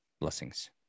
blessings